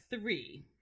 Three